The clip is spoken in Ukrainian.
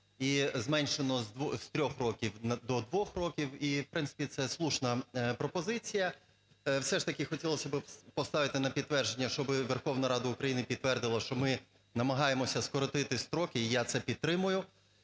і зменшено з 3 років на до 2 років, і в принципі це слушна пропозиція. Все ж таки хотілося б поставити на підтвердження, щоб Верховна Рада України підтвердила, що ми намагаємося скоротити строки, і я це підтримаю.